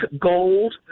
gold